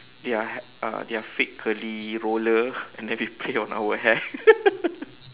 their hand uh their fake curly roller and then we play on our hair